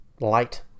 light